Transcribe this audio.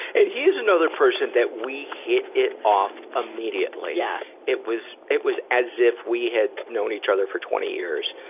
he is another person that we hit it off immediately. yeah it was, it was as if we had known each other for twenty years,